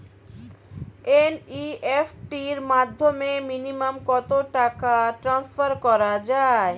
NEFT র মাধ্যমে minimum কত টাকা ট্রান্সফার করা যায়?